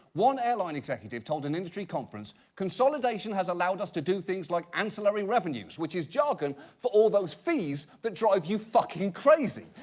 one airline executive told an industry conference, consolidation has allowed us to do things like ancillary revenues, which is jargon for all those fees that drive you fucking crazy!